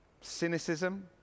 Cynicism